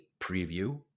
preview